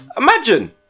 Imagine